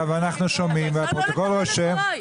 אבל אין דבר כזה.